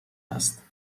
است